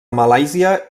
malàisia